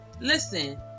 listen